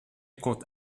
compte